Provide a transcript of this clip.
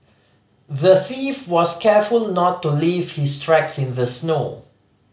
the thief was careful to not leave his tracks in the snow